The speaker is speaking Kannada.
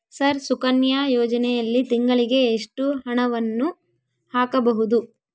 ಸರ್ ಸುಕನ್ಯಾ ಯೋಜನೆಯಲ್ಲಿ ತಿಂಗಳಿಗೆ ಎಷ್ಟು ಹಣವನ್ನು ಹಾಕಬಹುದು?